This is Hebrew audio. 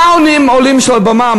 מה עונים כשעולים על הבמה,